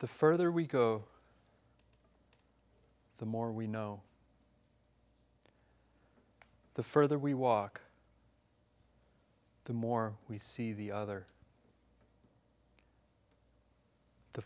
the further we go the more we know the further we walk the more we see the other the